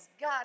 God